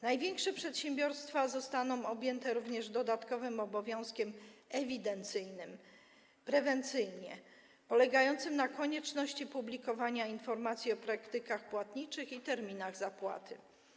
Największe przedsiębiorstwa zostaną objęte również, prewencyjnie, dodatkowym obowiązkiem ewidencyjnym polegającym na konieczności publikowania informacji o praktykach płatniczych i terminach zapłaty.